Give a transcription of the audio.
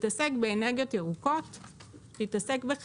שתתעסק באנרגיות ירוקות וחשמול,